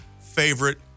favorite